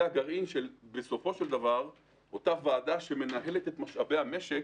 זה הגרעין של אותה ועדה שבסופו של דבר מנהלת את משאבי המשק